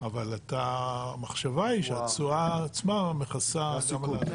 אבל המחשבה היא שהתשואה עצמה מכסה סיכון.